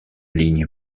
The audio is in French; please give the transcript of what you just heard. ligne